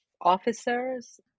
officers